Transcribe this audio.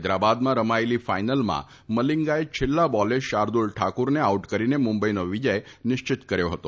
ફૈદરાબાદમાં રમાયેલી ફાઈનલમાં મલિંગાએ છેલ્લા બોલે શાર્દલ ઠાકુરને આઉટ કરીને મુંબઈનો વિજય નિશ્ચિત કર્યો ફતો